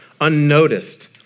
unnoticed